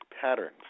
patterns